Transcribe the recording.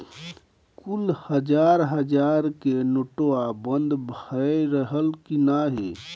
कुल हजार हजार के नोट्वा बंद भए रहल की नाही